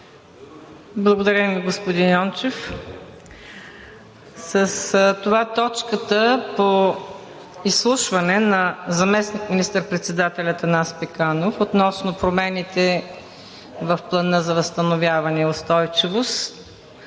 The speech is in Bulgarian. Благодаря Ви, господин Йончев. С това точката по изслушване на заместник министър-председателя Атанас Пеканов относно промените в Плана за възстановяване и устойчивост